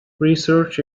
research